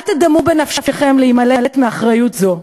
אל תדמו בנפשכם להימלט מאחריות זו.